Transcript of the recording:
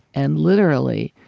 and literally,